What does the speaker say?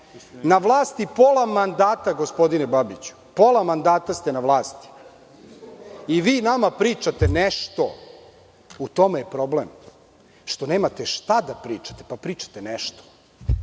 na vlasti pola mandata, gospodine Babiću, pola mandata ste na vlasti i vi nama pričate nešto.U tome je problem što nemate šta da pričate, pa pričate nešto,